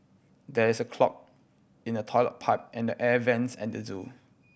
there is a clog in the toilet pipe and the air vents at the zoo